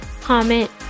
comment